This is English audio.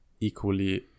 equally